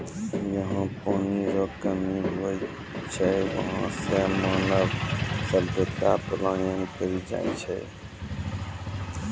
जहा पनी रो कमी हुवै छै वहां से मानव सभ्यता पलायन करी जाय छै